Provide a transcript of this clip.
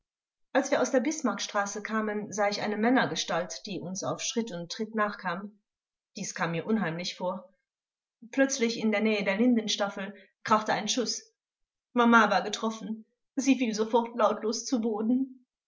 als wir aus der bismarckstraße kamen sah ich eine männergestalt die uns auf schritt und tritt nachkam dies kam mir unheimlich vor plötzlich in der nähe der lindenstaffel krachte ein schuß mama war getroffen sie fiel sofort lautlos zu boden